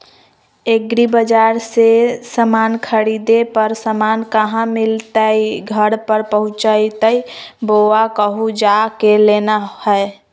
एग्रीबाजार से समान खरीदे पर समान कहा मिलतैय घर पर पहुँचतई बोया कहु जा के लेना है?